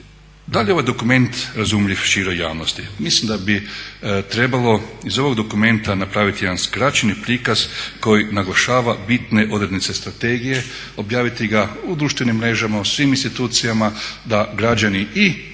Da li je ovaj dokument razumljiv široj javnosti? Mislim da bi trebalo iz ovog dokumenta napraviti jedan skraćeni prikaz koji naglašava bitne odrednice strategije, objaviti ga na društvenim mrežama, u svim institucijama da građani i